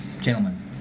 gentlemen